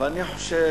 אבל אני חושב,